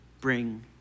bring